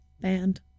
Band